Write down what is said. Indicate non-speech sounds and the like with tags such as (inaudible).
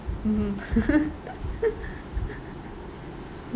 mmhmm (laughs)